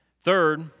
Third